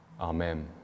Amen